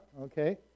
Okay